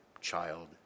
child